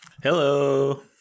Hello